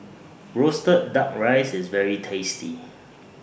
Roasted Duck Rice IS very tasty